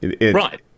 Right